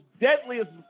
deadliest